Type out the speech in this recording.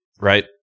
right